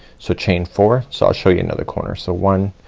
so chain four, so i'll show you another corner. so one,